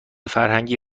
فرهنگی